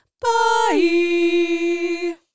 Bye